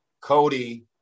Cody